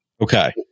Okay